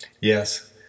yes